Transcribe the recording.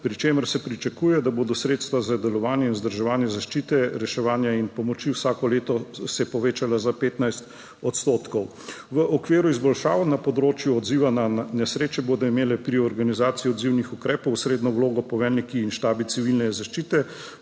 pri čemer se pričakuje, da se bodo sredstva za delovanje in vzdrževanje zaščite reševanja in pomoči vsako leto povečala za 15 %. V okviru izboljšav na področju odziva na nesreče bodo imeli pri organizaciji odzivnih ukrepov osrednjo vlogo poveljniki in štabi civilne zaščite,